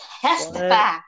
Testify